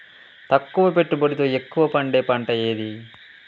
తక్కువ పెట్టుబడితో ఎక్కువగా పండే పంట ఏది?